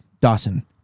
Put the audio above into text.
Dawson